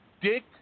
Dick